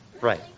Right